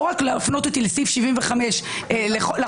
לא רק להפנות לסעיף 75 לחוק.